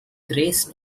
grace